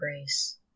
grace